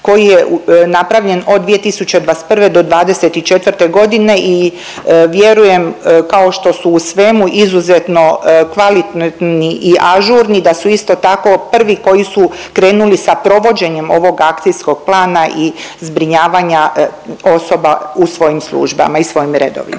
koji je napravljen od 2021.-2024.g. i vjerujem kao što su u svemu izuzetno kvalitetni i ažurni da su isto tako prvi koji su krenuli sa provođenjem ovog akcijskog plana i zbrinjavanja osoba u svojim službama i svojim redovima.